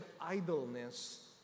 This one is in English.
idleness